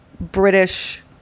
British